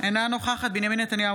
אינה נוכחת בנימין נתניהו,